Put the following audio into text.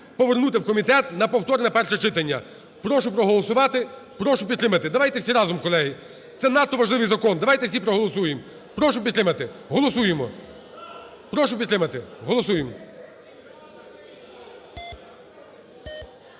повернути в комітет на повторне перше питання. Прошу проголосувати, прошу підтримати. Давайте всі разом, колеги, це надто важливий закон, давайте всі проголосуємо. Прошу підтримати. Голосуємо. Прошу підтримати. Голосуємо.